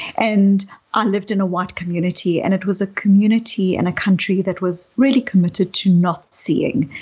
and ah lived in a white community and it was a community and a country that was really committed to not seeing.